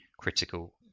critical